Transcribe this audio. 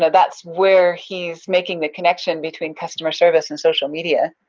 that's where he's making the connection between customer service and social media.